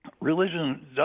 Religion